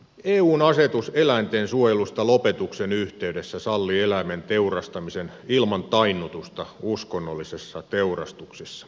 eun asetus eläintensuojelusta lopetuksen yhteydessä sallii eläimen teurastamisen ilman tainnutusta uskonnollisessa teurastuksessa